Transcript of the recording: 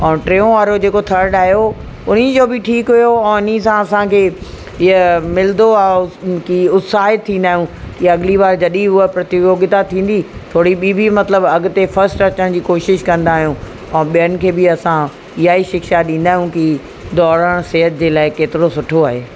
ऐं ट्रियों वारो जेको थर्ड आहियो उन जो बि ठीकु हुओ ऐं इन सां असांखे हीअ मिलंदो आहे की उत्साहित थींदा आहियूं की अॻिली बार जॾहिं हूअ प्रतियोगिता थींदी थोरी ॿीं बि मतिलबु अॻिते फस्ट अचण जी कोशिशि कंदा आहियूं ऐं ॿियनि खे बि असां इहा ई शिक्षा ॾींदा आहियूं की दौड़ण सिहत जे लाइ केतिरो सुठो आहे